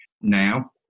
now